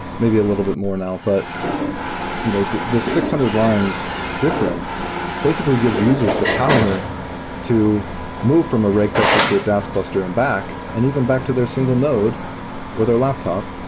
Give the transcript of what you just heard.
maybe a little bit more now. but you know the the six hundred lines difference basically gives users the power to move from a ray cluster to a dask cluster and back, and even back to their single node or their laptop,